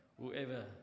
Whoever